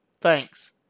Thanks